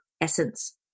essence